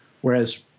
Whereas